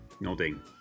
Nodding